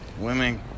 women